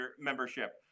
membership